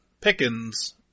Pickens